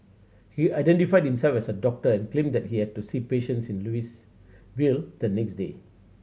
he identified himself as a doctor and claimed that he had to see patients in Louisville the next day